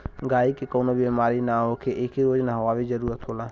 गायी के कवनो बेमारी ना होखे एके रोज नहवावे जरुरत होला